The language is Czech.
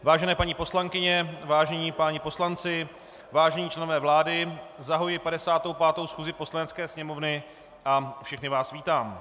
Vážené paní poslankyně, vážení páni poslanci, vážení členové vlády, zahajuji 55. schůzi Poslanecké sněmovny a všechny vás vítám.